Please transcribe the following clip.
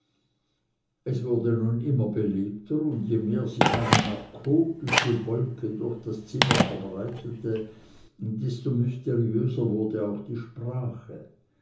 es wurde nun immer belebter und je mehr sich eine narkotische wolke durch das zimmer verbreitete desto mysteriöser wurd auch die sprache